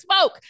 smoke